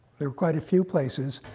there were quite a few places.